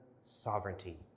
sovereignty